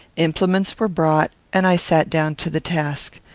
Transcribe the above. implements were brought, and i sat down to the task.